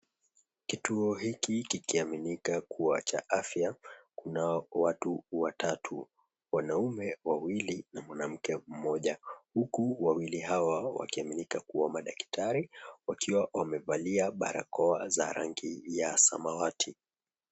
Kituo hiki kikiaminika kuwa cha afya kunao watu watatu, wanaume wawili na mwanamke mmoja huku wawili hao wakiaminika kuwa madakitari wakiwa wamevalia barakoa za rangi ya samawati.